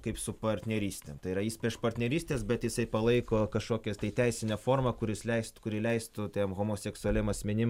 kaip su partnerystėm tai yra jis prieš partnerystes bet jisai palaiko kažkokias tai teisinę formą kuris leist kuri leistų tiem homoseksualiem asmenim